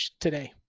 today